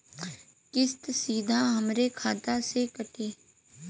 किस्त सीधा हमरे खाता से कटी?